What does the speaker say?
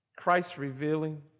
Christ-revealing